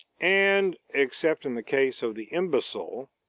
and, except in the case of the imbecile,